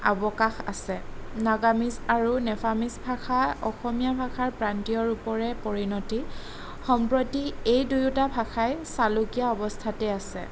অৱকাশ আছে নাগামিজ আৰু নেফামিজ ভাষা অসমীয়া ভাষাৰ প্ৰান্তিয় ৰূপৰে পৰিণতি সম্প্ৰতি এই দুয়োটা ভাষাই চালুকীয়া অৱস্থাতেই আছে